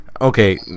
Okay